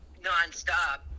nonstop